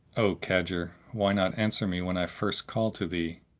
o cadger, why not answer me when i first called to thee?